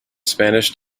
spanish